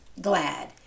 Glad